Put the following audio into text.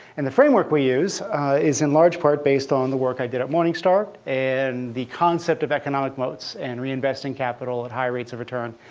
and the framework we use is in large part based on the work i did at morningstar and the concept of economic moats and reinvesting capital at high rates of return.